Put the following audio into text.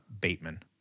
Bateman